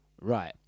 Right